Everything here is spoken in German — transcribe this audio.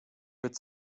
wird